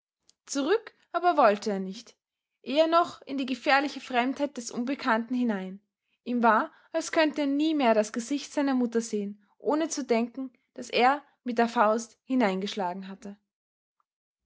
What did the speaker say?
zurück aber wollte er nicht eher noch in die gefährliche fremdheit des unbekannten hinein ihm war als könnte er nie mehr das gesicht seiner mutter sehen ohne zu denken daß er mit der faust hineingeschlagen hatte